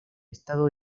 estado